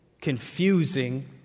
confusing